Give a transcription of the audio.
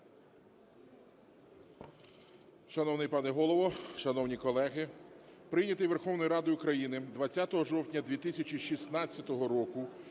Шановний пане Голово, шановні колеги, прийнятий Верховною Радою України 20 жовтня 2016 року